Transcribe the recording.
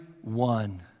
one